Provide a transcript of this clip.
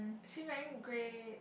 is she wearing grey